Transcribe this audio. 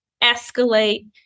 escalate